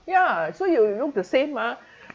ya so you look the same ah